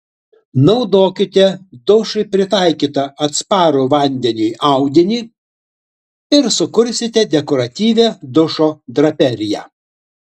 naudokite dušui pritaikytą atsparų vandeniui audinį ir sukursite dekoratyvią dušo draperiją